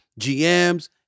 GMs